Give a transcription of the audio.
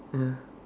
ya